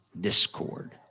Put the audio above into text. discord